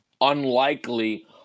unlikely